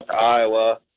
Iowa